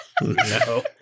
No